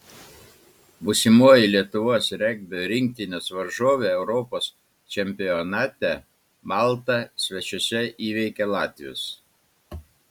būsimoji lietuvos regbio rinktinės varžovė europos čempionate malta svečiuose įveikė latvius